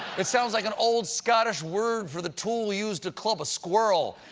it sounds like an old scottish word for the tool used to club squirrels.